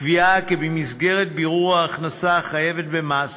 קביעה שבמסגרת בירור ההכנסה החייבת במס